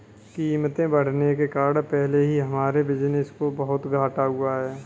कीमतें बढ़ने के कारण पहले ही हमारे बिज़नेस को बहुत घाटा हुआ है